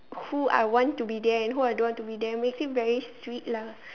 who I want to be there and who I don't want to be there it makes him very sweet lah